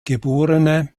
geb